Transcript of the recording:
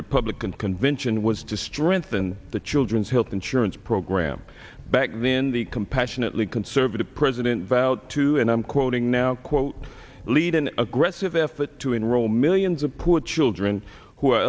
republican convention was to strengthen the children's health insurance program back then the compassionately conservative president vowed to and i'm quoting now quote lead an aggressive effort to enroll millions of poor children who are